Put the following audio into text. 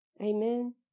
Amen